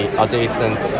adjacent